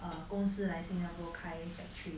啊公司来新加坡开 factory